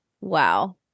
Wow